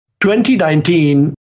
2019